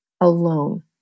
alone